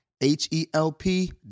H-E-L-P